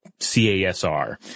CASR